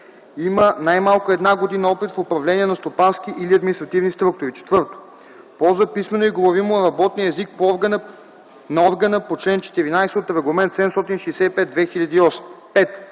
има най-малко една година опит в управление на стопански или административни структури; 4. ползва писмено и говоримо работния език на органа по чл. 14 от Регламент 765/2008; 5.